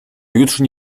jutrzni